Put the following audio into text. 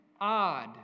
odd